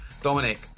Dominic